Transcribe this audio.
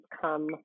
come